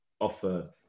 offer